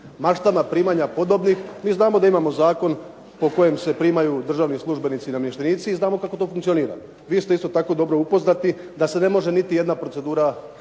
maštama primanja podobnih. Mi znamo po kojem se zakonu primaju državni službenici i namještenici i znamo kako to funkcionira. Vi ste isto tako dobro upoznati da se ne može niti jedna procedura